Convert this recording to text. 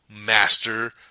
Master